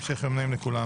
המשך יום נעים לכולם.